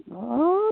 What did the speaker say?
हाब